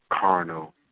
carnal